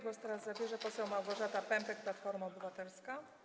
Głos zabierze poseł Małgorzata Pępek, Platforma Obywatelska.